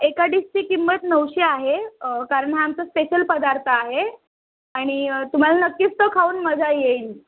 एका डिशची किंमत नऊशे आहे कारण हा आमचा स्पेशल पदार्थ आहे आणि तुम्हाला नक्कीच तो खाऊन मजा येईल